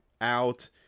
out